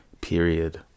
period